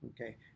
okay